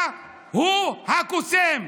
אתה הוא הקוסם.